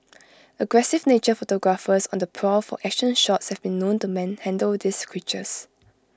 aggressive nature photographers on the prowl for action shots have been known to manhandle these creatures